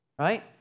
Right